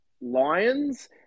Lions